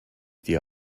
dir